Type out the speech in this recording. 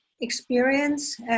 experience